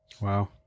Wow